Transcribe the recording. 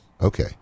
Okay